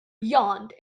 yawned